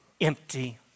empty